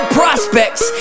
prospects